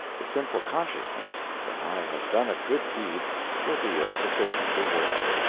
the simple consciousness that i have done a good deed will be a sufficient reward.